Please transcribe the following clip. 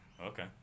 Okay